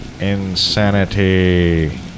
insanity